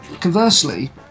conversely